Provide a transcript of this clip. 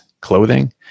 clothing